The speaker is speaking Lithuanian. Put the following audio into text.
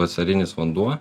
vasarinis vanduo